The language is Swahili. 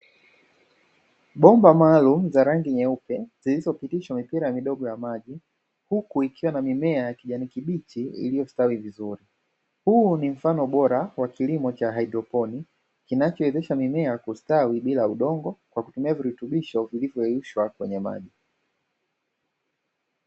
Bomba maalumu zenye rangi nyeupe, zilizopitishwa mipira midogo ya maji, huku ikiwa na mimea ya kijani kibichi iliyostawi vizuri huo ni mfano bora wa kilimo cha haidroponi kinachowezesha mimea kustawi bila udongo kwa kutumia virutubisho vilivyoyeyushwa kwenye maji.